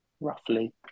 roughly